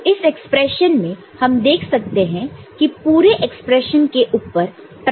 तो इस एक्सप्रेशन में हम देख सकते हैं कि पूरे एक्सप्रेशन के ऊपर प्राइम है